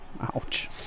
Ouch